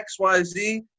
XYZ